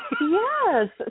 Yes